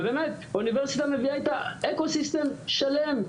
ובאמת אוניברסיטה מביאה איתה ecosystem שלם,